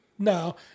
No